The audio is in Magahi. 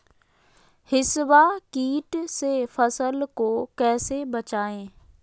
हिसबा किट से फसल को कैसे बचाए?